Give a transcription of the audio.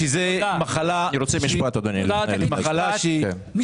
שזאת מחלה שהיא --- תודה.